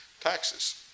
taxes